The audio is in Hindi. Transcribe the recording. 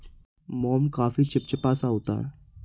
मोम काफी चिपचिपा सा होता है